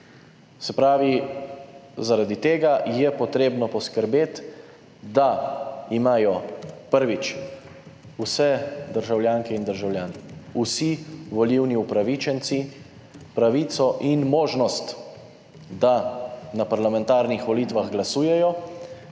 Se pravi, zaradi tega je potrebno poskrbeti, da imajo, prvič, vse državljanke in državljani, vsi volilni upravičenci pravico in možnost, da na parlamentarnih volitvah glasujejo